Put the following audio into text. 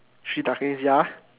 three ducklings ya